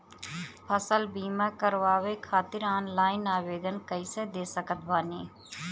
फसल बीमा करवाए खातिर ऑनलाइन आवेदन कइसे दे सकत बानी?